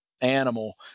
animal